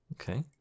Okay